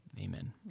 Amen